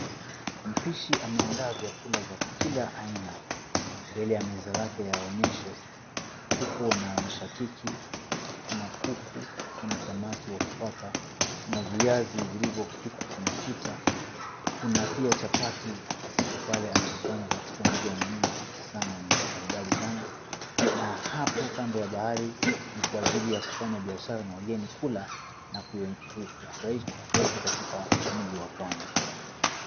Mpishi ameandaa vyakula vya kila aina. Mbele ya meza zake ya onyesho kuko na mishakiki, kuna kuku, kuna samaki wa kupaka, kuna viazi vilivyopikwa kwa mafuta, kuna pia chapati ziko pale amezipanga katika njia maridadi sana na hapo kando ya bahari ni kwa ajili ya kufanya biashara na wageni kula na kufurahika katika mji wa pwani.